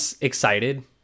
excited